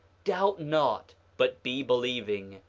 doubt not, but be believing,